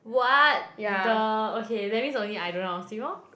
what the okay that means only I don't know how to swim orh